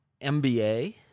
MBA